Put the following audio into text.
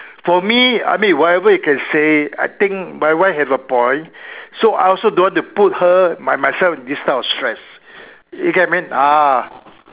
for me I mean whatever you can say I think my wife have a point so I also don't want to put her my myself in this kind of stress you get what I mean ah